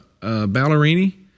Ballerini